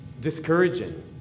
discouraging